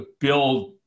build